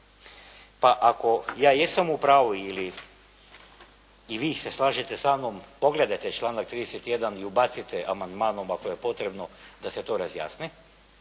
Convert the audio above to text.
Pa ako ja jesam u pravu ili i vi se slažete sa mnom, pogledajte članak 31. i ubacite amandmanom ako je potrebno da se to razjasni.